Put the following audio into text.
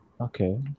Okay